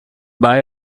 buy